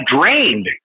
drained